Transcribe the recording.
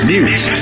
news